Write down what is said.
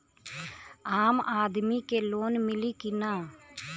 आम आदमी के लोन मिली कि ना?